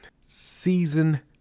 Season